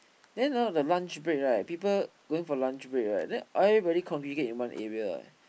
then ah the lunch break right people going for lunch break right then everybody congregate in one area eh